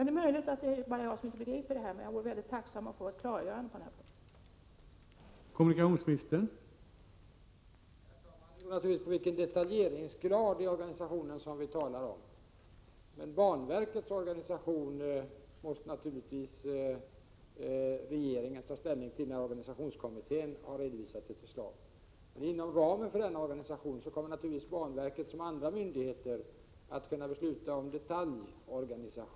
Det är möjligt att det bara är jag som inte begriper saken, men jag vore tacksam att få ett klargörande på denna punkt.